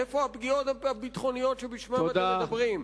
איפה הפגיעות הביטחוניות שבשמן אתם מדברים?